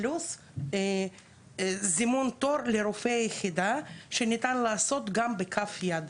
וכן זימון תור לרופא היחידה שניתן לעשות גם בכף יד.